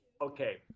Okay